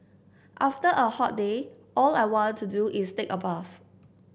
after a hot day all I want to do is take a bath